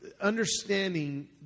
understanding